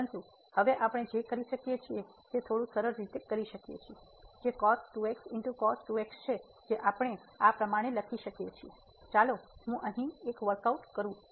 પરંતુ હવે આપણે જે કરી શકીએ છીએ તે થોડું સરળ કરી શકીએ છીએ જે છે જે આપણે આ પ્રમાણે લખી શકીએ છીએ ચાલો હું અહીં વર્કઆઉટ કરું